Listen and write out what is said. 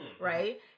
right